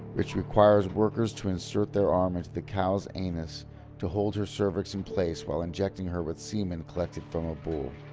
which requires workers to insert their arm into the cow's anus to hold her cervix in place while injecting her with semen collected from a bull.